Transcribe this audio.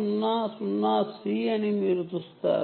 000C అని మీరు చూస్తారు